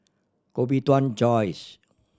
Koh Bee Tuan Joyce